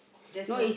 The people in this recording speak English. just not